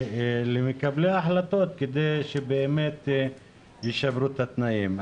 ולמקבלי ההחלטות, כדי שבאמת ישפרו את התנאים.